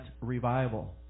revival